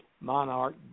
monarch